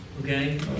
okay